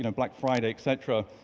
and black friday etc.